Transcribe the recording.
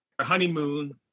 honeymoon